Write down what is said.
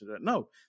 No